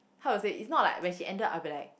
how to say it's not like when she ended I'll be like